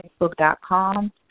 facebook.com